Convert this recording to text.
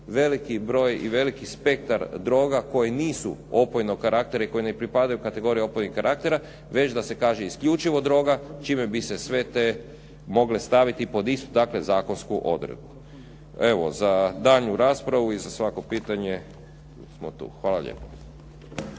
veliki broj i veliki spektar droga koje nisu opojnog karaktera i koje ne pripadaju kategorijama opojnih karaktera, već da se kaže isključivo droga, čime bi se sve te mogle staviti pod istu zakonsku odredbu. Evo, za daljnju raspravu i za svako pitanje smo tu. Hvala lijepo.